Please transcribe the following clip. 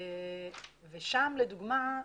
שם לדוגמה,